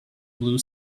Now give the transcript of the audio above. blue